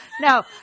no